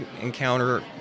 encounter